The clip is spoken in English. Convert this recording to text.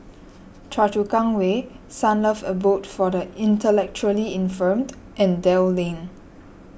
Choa Chu Kang Way Sunlove Abode for the Intellectually Infirmed and Dell Lane